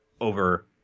over